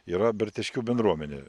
yra berteškių bendruomenė